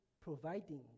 providing